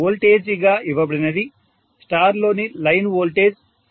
వోల్టేజీగా ఇవ్వబడినది స్టార్ లోని line voltage 400